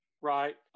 right